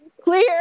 Clear